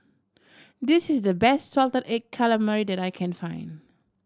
this is the best salted egg calamari that I can find